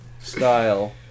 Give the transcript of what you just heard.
style